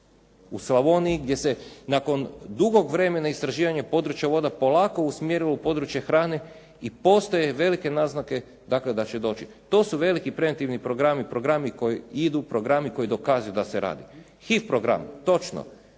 u Slavoniji gdje se nakon dugog vremena istraživanja područja voda polako usmjerilo u područje hrane i postoje velike naznake dakle da će doći. To su veliki preventivni programi, programi koji idu, programi koji dokazuju da se radi. Hit program. Točno,